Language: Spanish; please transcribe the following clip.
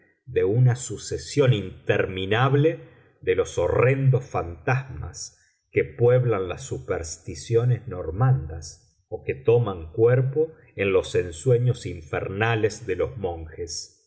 de una sucesión interminable de los horrendos fantasmas que pueblan las supersticiones normandas o que toman cuerpo en los ensueños infernales de los monjes